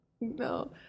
No